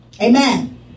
Amen